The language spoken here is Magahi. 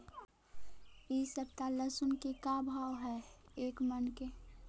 इ सप्ताह लहसुन के का भाव है एक मन के?